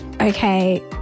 okay